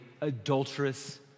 adulterous